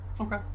Okay